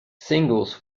singles